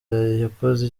yakoze